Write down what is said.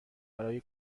برای